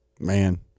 man